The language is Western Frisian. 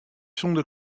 sûnder